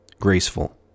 Graceful